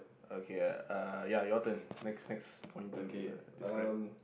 okay Uh ya your turn next next point to describe